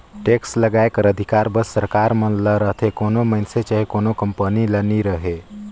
tax लगाए कर अधिकार बस सरकार मन ल रहथे कोनो मइनसे चहे कोनो कंपनी ल नी रहें